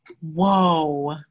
whoa